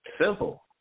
Simple